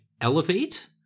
elevate